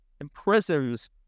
imprisons